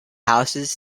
houses